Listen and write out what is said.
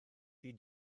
ydy